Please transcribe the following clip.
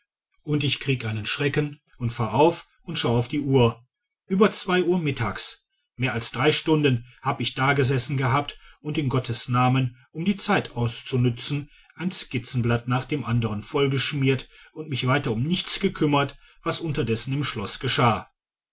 und ich krieg einen schrecken und fahr auf und schau auf die uhr über zwei uhr mittags mehr als drei stunden hab ich dagesessen gehabt und in gottes namen um die zeit auszunützen ein skizzenblatt nach dem andern vollgeschmiert und mich weiter um nichts gekümmert was unterdessen im schloß geschah